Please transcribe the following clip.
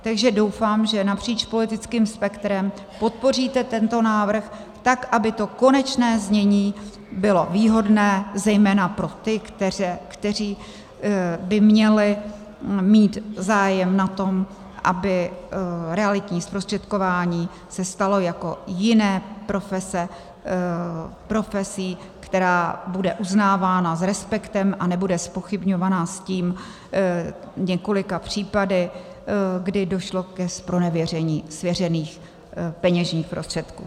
Takže doufám, že napříč politickým spektrem podpoříte tento návrh tak, aby to konečné znění bylo výhodné zejména pro ty, kteří by měli mít zájem na tom, aby realitní zprostředkování se stalo jako jiné profese profesí, která bude uznávána s respektem a nebude zpochybňovaná několika případy, kdy došlo k zpronevěření svěřených peněžních prostředků.